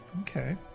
Okay